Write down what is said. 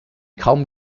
kaum